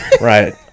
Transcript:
Right